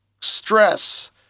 stress